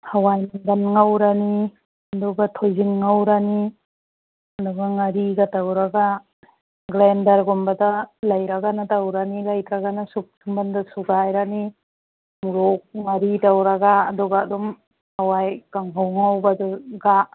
ꯍꯋꯥꯏ ꯃꯪꯒꯜ ꯉꯧꯔꯅꯤ ꯑꯗꯨꯒ ꯊꯣꯏꯗꯤꯡ ꯉꯧꯔꯅꯤ ꯑꯗꯨꯒ ꯉꯥꯔꯤꯒ ꯇꯧꯔꯒ ꯒ꯭ꯔꯦꯟꯗꯔꯒꯨꯝꯕꯗ ꯂꯩꯔꯒꯅ ꯇꯧꯔꯅꯤ ꯂꯩꯇ꯭ꯔꯒꯅ ꯁꯨꯛ ꯁꯨꯝꯕꯟꯗ ꯁꯨꯒꯥꯏꯔꯅꯤ ꯃꯣꯔꯣꯛ ꯉꯥꯔꯤ ꯇꯧꯔꯒ ꯑꯗꯨꯒ ꯑꯗꯨꯝ ꯍꯋꯥꯏ ꯀꯥꯡꯉꯧ ꯉꯧꯕꯗꯨꯒ